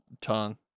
tongue